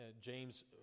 James